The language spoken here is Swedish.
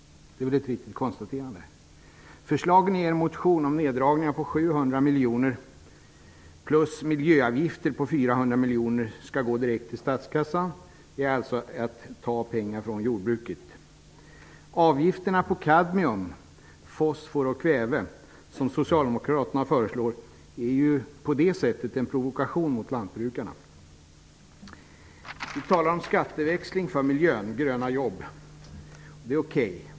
Förslagen i er motion är neddragningar på 700 miljoner plus miljöavgifter på 400 miljoner, och dessa pengar skall gå direkt till statskassan. Det är att ta pengar från jordbruket. De avgifter på kadmium, fosfor och kväve som ni föreslår är ju en provokation mot lantbrukarna. Ni socialdemokrater talar om skatteväxling för miljön och gröna jobb. Det är okej.